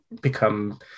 become